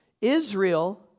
Israel